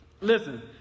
listen